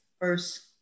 first